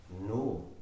no